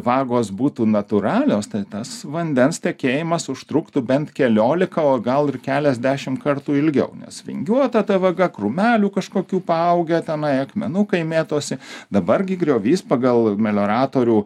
vagos būtų natūralios tai tas vandens tekėjimas užtruktų bent keliolika o gal ir keliasdešimt kartų ilgiau nes vingiuota ta vaga krūmelių kažkokių paaugę tenai akmenukai mėtosi dabar gi griovys pagal melioratorių